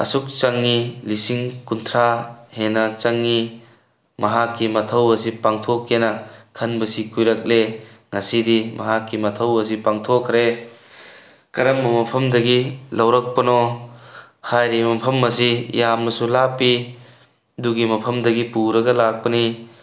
ꯑꯁꯨꯛ ꯆꯪꯉꯤ ꯂꯤꯁꯤꯡ ꯀꯨꯟꯊ꯭ꯔꯥ ꯍꯦꯟꯅ ꯆꯪꯉꯤ ꯃꯍꯥꯛꯀꯤ ꯃꯊꯧ ꯑꯁꯤ ꯄꯥꯡꯊꯣꯛꯀꯦꯅ ꯈꯟꯕꯁꯤ ꯀꯨꯏꯔꯛꯂꯦ ꯉꯁꯤꯗꯤ ꯃꯍꯥꯛꯀꯤ ꯃꯊꯧ ꯑꯁꯤ ꯄꯥꯡꯊꯣꯛꯈ꯭ꯔꯦ ꯀꯔꯝꯕ ꯃꯐꯝꯗꯒꯤ ꯂꯧꯔꯛꯄꯅꯣ ꯍꯥꯏꯔꯤꯕ ꯃꯐꯝ ꯑꯁꯤ ꯌꯥꯝꯅꯁꯨ ꯂꯥꯞꯄꯤ ꯑꯗꯨꯒꯤ ꯃꯐꯝꯗꯒꯤ ꯄꯨꯔꯒ ꯂꯥꯛꯄꯅꯤ